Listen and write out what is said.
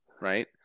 Right